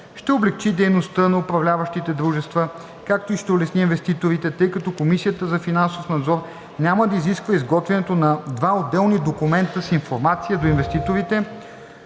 ще облекчи дейността на управляващите дружества, както и ще улесни инвеститорите, тъй като Комисията за финансов надзор няма да изисква изготвянето на два отделни документа с информация до инвеститорите